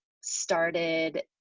started